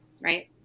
right